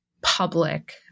public